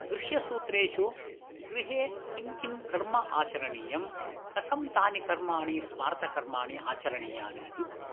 गृह्यसूत्रेषु गृहे किं किं कर्म आचरणीयं कथं तानि कर्माणि स्मार्तकर्माणि आचरियानि इति भवन्ति